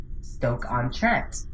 Stoke-on-Trent